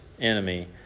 enemy